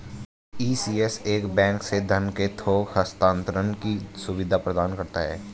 ECS एक bank से धन के थोक हस्तांतरण की सुविधा प्रदान करता है